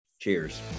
Cheers